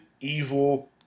Evil